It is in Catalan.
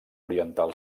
oriental